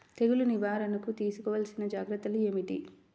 తెగులు నివారణకు తీసుకోవలసిన జాగ్రత్తలు ఏమిటీ?